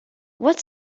what